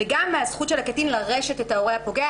וגם מהזכות של הקטין לרשת את ההורה הפוגע.